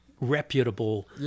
reputable